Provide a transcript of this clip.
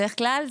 בדרך כלל,